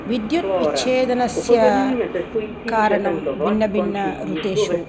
विद्युत् विच्छेदनस्य कारणं भिन्नभिन्नऋतुषु